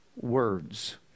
words